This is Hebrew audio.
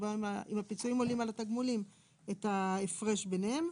אם הפיצויים עולים על התגמולים את ההפרש ביניהם.